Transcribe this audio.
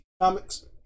Comics